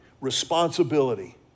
responsibility